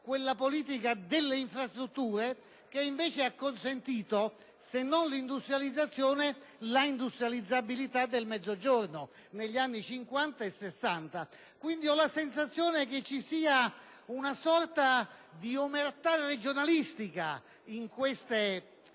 quella politica delle infrastrutture che ha consentito, invece, se non l'industrializzazione, la industrializzabilità del Mezzogiorno negli anni '50 e '60. Ho quindi la sensazione che ci sia una sorta di omertà regionalistica in queste formulazioni